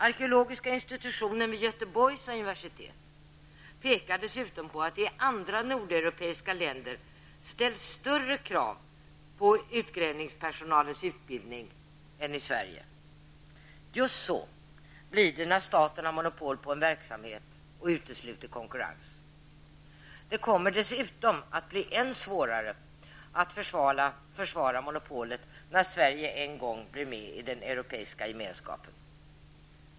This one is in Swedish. Arkeologiska institutionen vid Göteborgs universitet pekar dessutom på att det i andra nordeuropeiska länder ställs större krav på utgrävningspersonalens utbildning än i Sverige. Just så blir det när staten har monopol på en verksamhet och utesluter konkurrens. Det kommer dessutom att bli än svårare att försvara monopolet när Sverige en gång blir med i den europeiska gemenskapen.